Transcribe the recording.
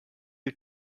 you